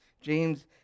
James